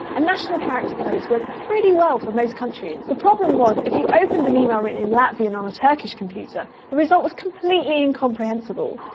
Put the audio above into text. and national character codes worked pretty well for most countries the problem was, if you opened an email written in latvian on a turkish computer, the result was completely incomprehensible.